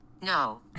No